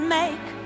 make